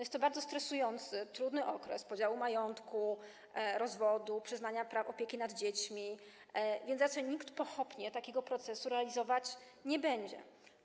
Jest to bardzo stresujący, trudny okres - podział majątku, rozwód, przyznanie opieki nad dziećmi - więc raczej nikt pochopnie takiego procesu prowadzić nie będzie.